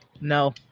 No